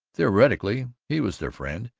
theoretically he was their friend,